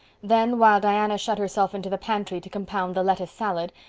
then, while diana shut herself into the pantry to compound the lettuce salad,